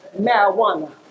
Marijuana